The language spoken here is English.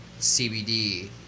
CBD